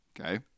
Okay